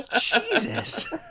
Jesus